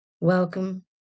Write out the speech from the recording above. Welcome